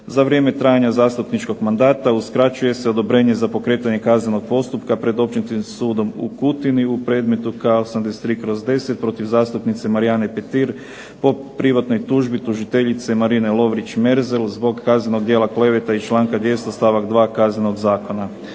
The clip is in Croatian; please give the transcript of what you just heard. "Za vrijeme trajanja zastupničkog mandata uskraćuje se odobrenje za pokretanje kaznenog postupka pred Općinskim sudom u Kutini. U predmetu K83/10 protiv zastupnice Marijane Petir po privatnoj tužbi tužiteljice Marine Lovrić-Merzel zbog kaznenog djela klevete iz članka 200. stavak 2. Kaznenog zakona".